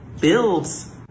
builds